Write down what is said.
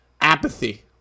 apathy